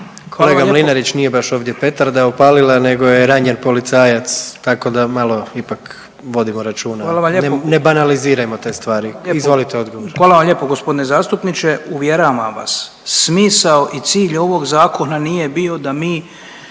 Kolega Mlinarić, nije baš ovdje petarda opalila nego je ranjen policajac, tako da malo ipak vodimo računa. Ne banalizirajmo te stvari. Izvolite odgovor. **Butković, Oleg (HDZ)** Hvala vam lijepo gospodine zastupniče. Uvjeravam vas, smisao i cilj ovog zakona nije bio da mi